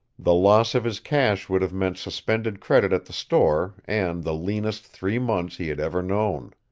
the loss of his cash would have meant suspended credit at the store and the leanest three months he had ever known.